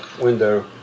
window